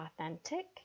authentic